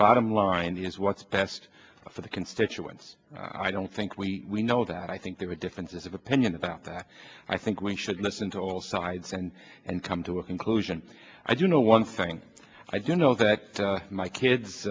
bottom line is what's best for the constituents i don't think we know that i think there are differences of opinion about that i think we should listen to all sides and come to a conclusion i do know one thing i do know that my kids